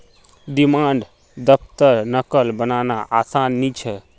demand draft नक़ल बनाना आसान नि छे